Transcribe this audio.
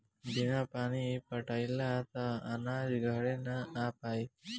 बिना पानी पटाइले त अनाज घरे ना आ पाई